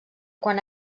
quan